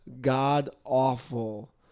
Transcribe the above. God-awful